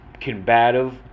combative